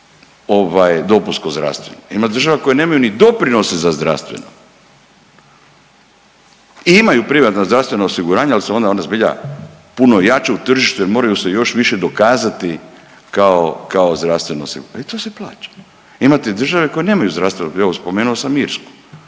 dopunsko zdravstveno, ima država koje nemaju ni doprinose za zdravstveno i imaju privatna zdravstvena osiguranja ali ona onda zbilja puno jača u tržištu jer moraju se još više dokazati kao, kao zdravstveno osiguranje i to se plaća. A imate države koje nemaju zdravstveno, evo spomenu sam Irsku,